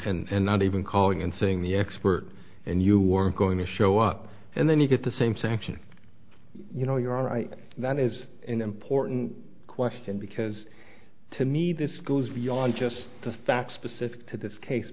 and not even calling and saying the expert and you weren't going to show up and then you get the same section you know you're right that is an important question because to me this goes beyond just the facts specific to this case